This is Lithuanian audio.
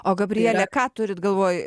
o gabriele ką turit galvoj